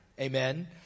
Amen